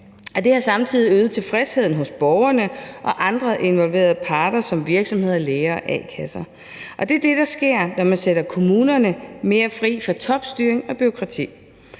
det har samtidig øget tilfredsheden hos borgerne og andre involverede parter som virksomheder, lærere og a-kasser, og det er det, der sker, når man sætter kommunerne mere fri fra topstyring og bureaukrati.